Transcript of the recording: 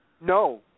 No